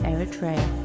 Eritrea